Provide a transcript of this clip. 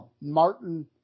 Martin